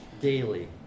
daily